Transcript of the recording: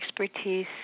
expertise